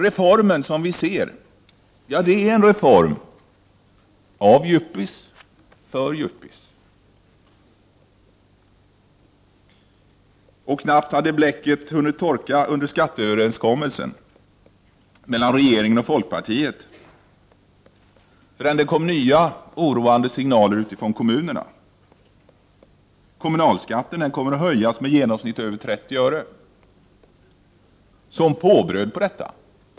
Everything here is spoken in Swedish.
Det här är en reform av yuppies för yuppies. Knappt hade bläcket hunnit torka under skatteöverenskommelsen mellan regeringen och folkpartiet förrän det kom nya och oroande signaler från kommunerna. Kommunalskatten kommer att höjas med i genomsnitt över 30 öre som påbröd på detta.